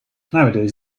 nowadays